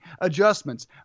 adjustments